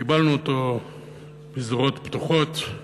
קיבלנו אותו בזרועות פתוחות: